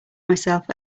myself